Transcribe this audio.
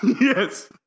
Yes